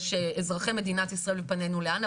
יש אזרחי מדינת ישראל ופנינו לאן,